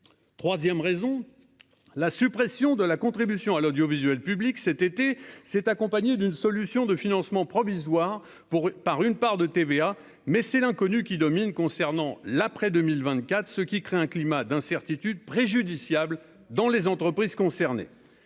3ème raison: la suppression de la contribution à l'audiovisuel public, cet été, s'est accompagnée d'une solution de financement provisoire pour par une part de TVA, mais c'est l'inconnu qui domine concernant l'après 2024 ce qui crée un climat d'incertitude préjudiciable dans les entreprises concernées